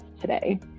today